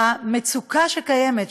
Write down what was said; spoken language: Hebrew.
המצוקה שקיימת,